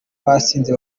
basinze